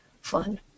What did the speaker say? fun